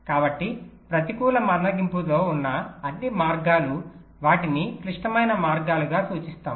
కాబట్టి ప్రతికూల మందగింపుతో ఉన్న అన్ని మార్గాలు వాటిని క్లిష్టమైన మార్గాలుగా సూచిస్తారు